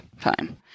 time